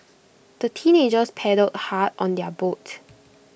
the teenagers paddled hard on their boat